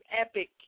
epic